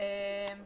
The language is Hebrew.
אין מתנגדים.